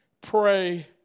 pray